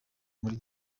muri